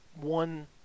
one